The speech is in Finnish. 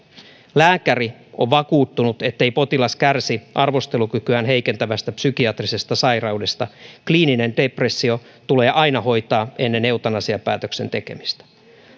lääkäri on vakuuttunut ettei potilas kärsi arvostelukykyään heikentävästä psykiatrisesta sairaudesta kliininen depressio tulee aina hoitaa ennen eutanasiapäätöksen tekemistä